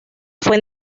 fue